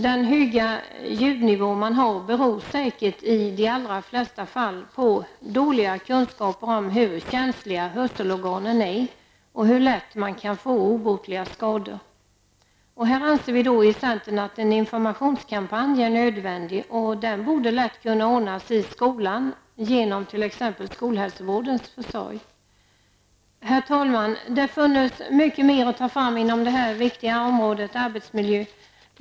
Den höga ljudnivå man har beror säkert i de allra flesta fall på dåliga kunskaper om hur känsliga hörselorganen är och hur lätt man kan få obotliga skador. Här anser vi i centern att en informationskampanj är nödvändig. Den borde lätt kunna ordnas i skolan genom t.ex. skolhälsovårdens försorg. Herr talman! Det finns mycket mer att ta fram inom det viktiga området arbetsmiljö.